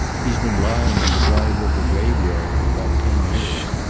he's been lying in the dry river graveyard for about ten years.